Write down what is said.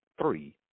three